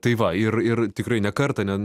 tai va ir ir tikrai ne kartą ne